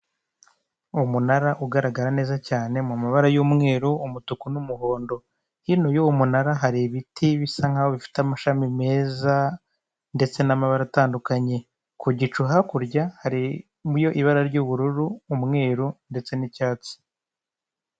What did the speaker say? Umunara ugaragara neza cyane mu mabara y'umweru, umutuku n'umuhondo, hino yuwo munara hari ibiti bisa nkaho bifite amashami meza, ndetse n'amabara atandukanye, ku gicu hakurya harimo ibara ry'ubururu, umweru ndetse n'icyatsi.